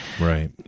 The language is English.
right